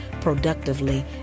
productively